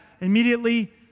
immediately